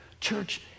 Church